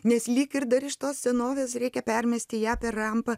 nes lyg ir dar iš tos senovės reikia permesti ją per rampą